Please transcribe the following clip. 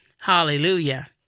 Hallelujah